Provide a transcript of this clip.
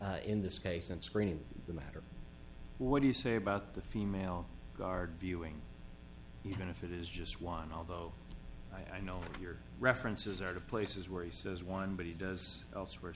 in this case and screening the matter what do you say about the female guard viewing even if it is just one although i know your references are to places where he says one but he does elsewhere